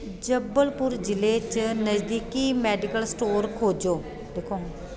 जबलपुर जि'ले च नजदीकी मैडिकल स्टोर खोजो